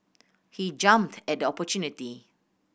he jumped at the opportunity